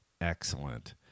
excellent